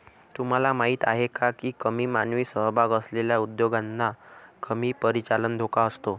तुम्हाला माहीत आहे का की कमी मानवी सहभाग असलेल्या उद्योगांना कमी परिचालन धोका असतो?